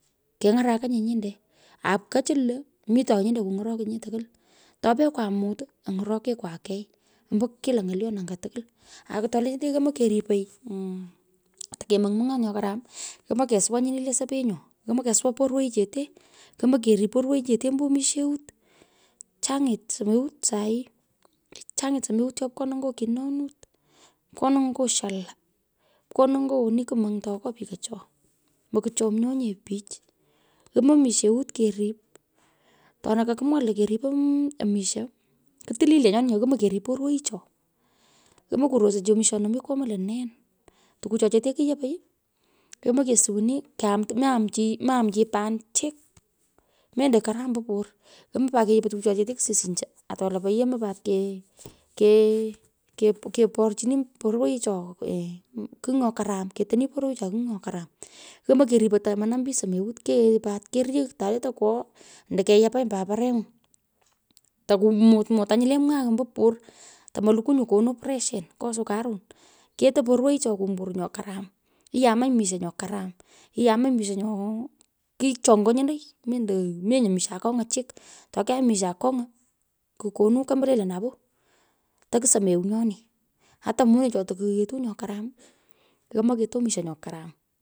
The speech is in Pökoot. Kenyarakanyi, nyinde, apkochi lo mito nyinde kuny’rokinyi tukwol. To opekwa mut, any’orokekwa kei ombo kila ny’olyon anga tukwol. Aku tolenyete yomoi keripoi, tokemony mong’ot nyo karam. yomoi kesuwaa nyini, le sopenyo, yomoi kesuwaa perwoichete yomoi, kerip porwoichete ombo misheut. Chang'it somewot sai, chang’it somewot cho pkonoi ngo kinonut, pkenoi nye shola, pkonoi woni kumonytoi nyo pikocho, mokuchomnyonye pich. Yomoi misheut kerip, tona kakumwaa lo keripo misha, ku tiliyo nyoni nyo yomo kerip porwoicho. Yomoi kurosoy chi mishonino mi kwomoi lo nen. Tukucho chote kuyopoi yomoi kesuwoni kyam, maam meaam chi paan chik, mendo karam ombo por: yomoi pat keyopoi tukucho chete kuresinyo, yomo pat keporchini porwoicho kigh nyo karam. Yomoi kerepoi tomo nom pich somewut keoi pat keryogh ta le tokwogh ando keyapanyi pat parenyo, takumutmata nyu le mwagh ambo por tumo lukwu nyo konu preshen nyo sukarun keto perwoicho kumbur nyu karam lyumanyi misho nyo karam, iyumanyi misho nyo kichonyonyonoi mendo misho akonga chik. To kyaam misho akonga ku konu kombolelyo napoo, takusomeu nyoni. Ata monecho toku yetui nyo karam keto misho nyo karam.